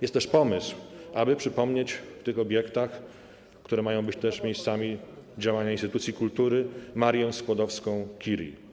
Jest też pomysł, aby przypomnieć w tych obiektach, które mają być też miejscami działania instytucji kultury, Marię Skłodowską-Curie.